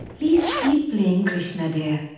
please keep playing, krishna dear.